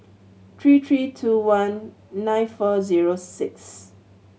three three two one nine four zero six